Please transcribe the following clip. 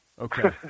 Okay